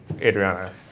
Adriana